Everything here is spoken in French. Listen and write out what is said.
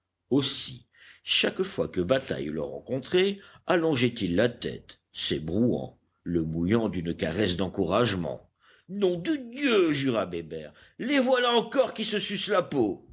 aussi chaque fois que bataille le rencontrait allongeait il la tête s'ébrouant le mouillant d'une caresse d'encouragement nom de dieu jura bébert les voilà encore qui se sucent la peau